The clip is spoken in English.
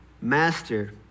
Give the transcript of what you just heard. Master